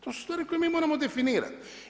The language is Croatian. To su stvari koje mi moramo definirati.